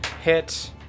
Hit